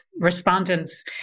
respondents